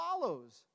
follows